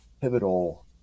pivotal